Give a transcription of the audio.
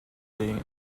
day